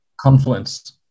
Confluence